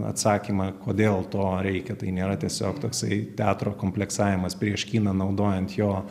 atsakymą kodėl to reikia tai nėra tiesiog toksai teatro komplektavimas prieš kiną naudojant jo